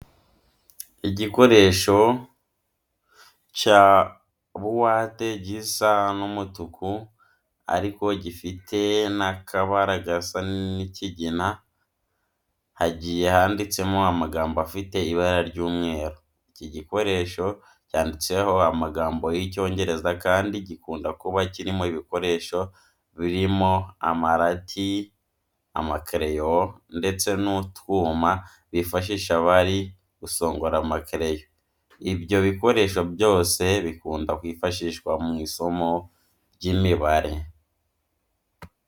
Igikoresho cya buwate gisa nk'umutuku ariko gifitemo n'akabara gasa nk'ikigina, hagiye handitsemo amagambo afite ibara ry'umweru. Iki gikoresho cyanditseho amagambo y'Icyongereza kandi gikunda kuba kirimo ibikoresho birimo amarati, amakereyo ndetse n'utwuma bifashisha bari gusongora amakereyo. Ibyo bikoresho byose bikunda kwifashishwa mu isomo ry'imibare.